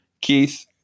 Keith